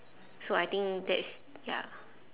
so I think that's ya